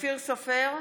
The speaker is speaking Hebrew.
אופיר סופר,